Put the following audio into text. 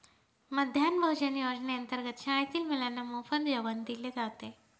मध्यान्ह भोजन योजनेअंतर्गत शाळेतील मुलांना मोफत जेवण दिले जाते